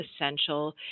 essential